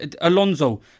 Alonso